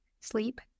sleep